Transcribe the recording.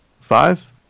five